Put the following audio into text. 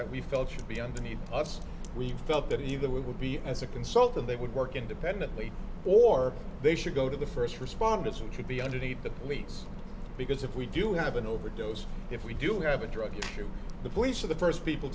that we felt should be underneath us we felt that either would be as a consultant they would work independently or they should go to the first responders who should be underneath the police because if we do have an overdose if we do we have a drug issue the voice of the first people